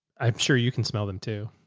i'm sure you can smell them too.